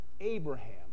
Abraham